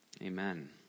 Amen